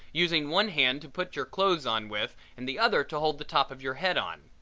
using one hand to put your clothes on with and the other to hold the top of your head on.